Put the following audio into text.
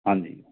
ਹਾਂਜੀ